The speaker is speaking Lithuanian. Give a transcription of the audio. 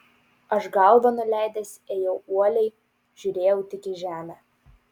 aš galvą nuleidęs ėjau uoliai žiūrėjau tik į žemę